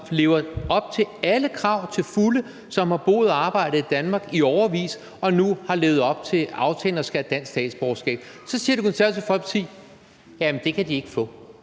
lever op til alle krav, som har boet og arbejdet i Danmark i årevis, og som nu har levet op til aftalen og skal have dansk statsborgerskab. Så siger Det Konservative Folkeparti, at det kan de ikke få,